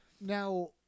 Now